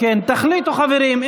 תחליטו, חברים.